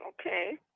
okay